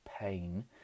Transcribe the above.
pain